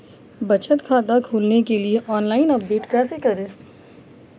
बचत खाता खोलने के लिए ऑनलाइन आवेदन कैसे करें?